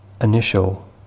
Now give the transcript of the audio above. initial